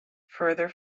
further